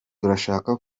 turashaka